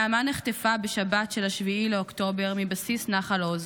נעמה נחטפה בשבת ב-7 באוקטובר מבסיס נחל עוז,